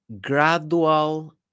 gradual